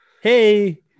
Hey